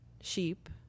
sheep